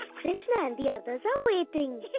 krishna and the others are waiting.